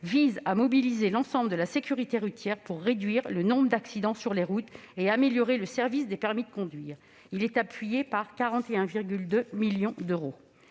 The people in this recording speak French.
vise à mobiliser l'ensemble de la sécurité routière pour réduire le nombre d'accidents sur les routes et améliorer le service du permis de conduire ; il est appuyé par 41,2 millions d'euros.